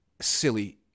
silly